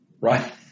Right